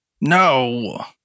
No